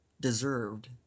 deserved